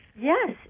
Yes